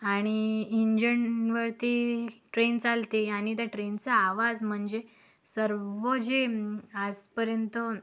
आणि इंजनवरती ट्रेन चालते आणि त्या ट्रेनचा आवाज म्हणजे सर्व जे आजपर्यंत